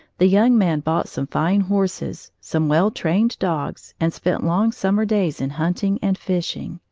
the young man bought some fine horses, some well-trained dogs, and spent long summer days in hunting and fishing.